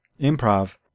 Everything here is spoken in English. Improv